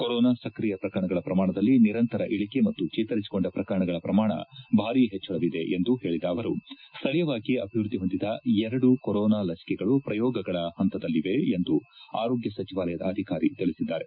corona ಸಕ್ರಿಯ ಪ್ರಕರಣಗಳ ಪ್ರಮಾಣದಲ್ಲಿ ನಿರಂತರ ಇಳಿಕೆ ಮತ್ತು ಚೇತರಿಸಿಕೊಂಡ ಪ್ರಕರಣಗಳ ಪ್ರಮಾಣದಲ್ಲಿ ಭಾರೀ ಪೆಚ್ಚಳವಿದೆ ಎಂದು ಹೇಳಿದ ಅವರು ಸ್ಥಳೀಯವಾಗಿ ಅಭಿವೃದ್ಧಿ ಹೊಂದಿದ ಎರಡು ಕೊರೊನಾ ಲಸಿಕೆಗಳು ಪ್ರಯೋಗಗಳ ಪಂತಗಳಲ್ಲಿವೆ ಎಂದು ಆರೋಗ್ಯ ಸಚಿವಾಲಯದ ಅಧಿಕಾರಿ ತಿಳಿಸಿದ್ದಾರೆ